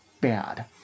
bad